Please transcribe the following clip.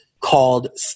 called